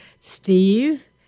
Steve